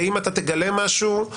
ואם אתה תגלה משהו,